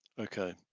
okay